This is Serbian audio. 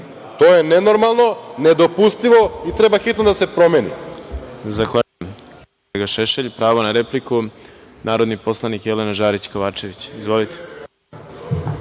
To je nenormalno, nedopustivo i treba hitno da se promeni.